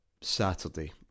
Saturday